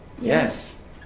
Yes